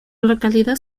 localidad